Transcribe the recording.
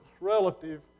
relative